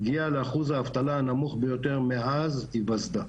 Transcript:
לאחוז האבטלה הנמוך ביותר מאז היווסדה,